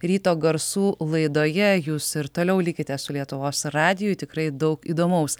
ryto garsų laidoje jūs ir toliau likite su lietuvos radiju tikrai daug įdomaus